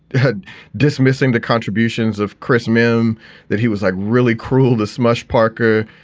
had dismissing the contributions of chris. mym that he was like really cruel to smush parker,